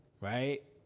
right